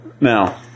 now